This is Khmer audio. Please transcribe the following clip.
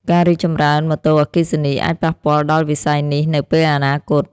ការរីកចម្រើនម៉ូតូអគ្គិសនីអាចប៉ះពាល់ដល់វិស័យនេះនៅពេលអនាគត។